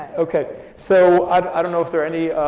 okay, so i don't know if there are any